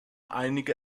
einige